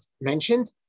mentioned